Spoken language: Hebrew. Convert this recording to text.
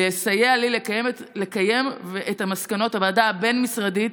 לסייע לי לקיים את מסקנות הוועדה הבין-משרדית,